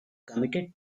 committed